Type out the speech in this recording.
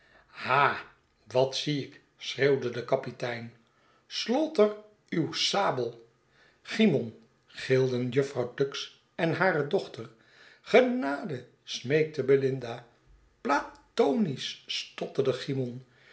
ha wat zie ik schreeuwde de kapitein slaughter uwe sabel cymon gilden jufvrouw tuggs en hare dochter genade smeekte belinda platonisch stotterde cymon